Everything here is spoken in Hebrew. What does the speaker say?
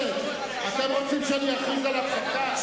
אתם רוצים שאני אכריז על הפסקה?